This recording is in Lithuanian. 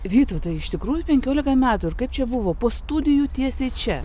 vytautai iš tikrųjų penkiolika metų ir kaip čia buvo po studijų tiesiai čia